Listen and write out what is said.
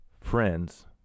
friends